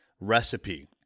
Recipe